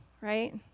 right